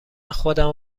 خودمو